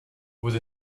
vous